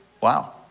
Wow